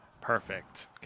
Perfect